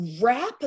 wrap